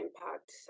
impact